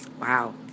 Wow